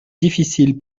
difficile